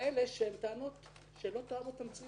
שלא תואמות את המציאות.